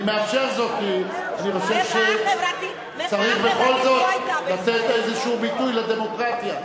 אני מאפשר זאת כי אני חושב שצריך בכל זאת לתת איזשהו ביטוי לדמוקרטיה.